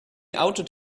outed